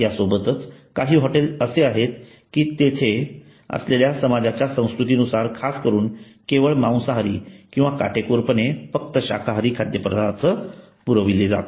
याचसोबत काही हॉटेल असे आहेत जे तेथे असलेल्या समाजाच्या संस्कृतीनुसार खासकरून केवळ मांसाहारी किंवा काटेकोरपणे फक्त शाकाहारी खाद्यपदार्थ पुरवितात